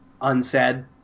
unsaid